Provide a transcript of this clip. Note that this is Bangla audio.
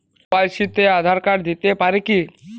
কে.ওয়াই.সি তে আঁধার কার্ড দিতে পারি কি?